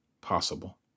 possible